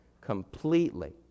completely